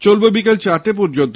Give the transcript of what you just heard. চলবে বিকেল চারটে পর্যন্ত